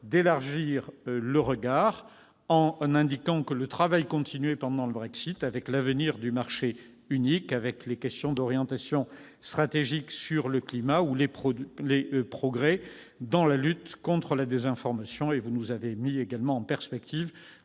d'élargir le regard et que vous ayez indiqué que le travail continuait pendant le Brexit avec l'avenir du marché unique, avec les questions d'orientation stratégique sur le climat ou les progrès dans la lutte contre la désinformation. Vous avez mis également en perspective